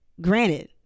granted